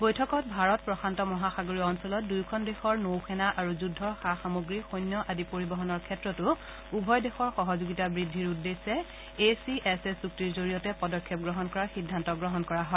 বৈঠকত ভাৰত প্ৰশান্ত মহাসাগৰীয় অঞ্চলত দুয়োখন দেশৰ নৌসেনা আৰু যুদ্ধৰ সা সামগ্ৰী সৈন্য আদি পৰিবহণৰ ক্ষেত্ৰতো উভয় দেশৰ সহযোগিতা বৃদ্ধিৰ উদ্দেশ্যে এ চি এছ এ চুক্তিৰ জৰিয়তে পদক্ষেপ গ্ৰহণ কৰাৰ সিদ্ধান্ত গ্ৰহণ কৰা হয়